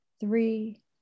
three